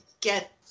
get